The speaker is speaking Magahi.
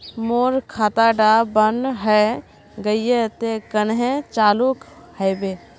मोर खाता डा बन है गहिये ते कन्हे चालू हैबे?